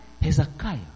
Hezekiah